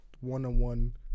one-on-one